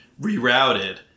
rerouted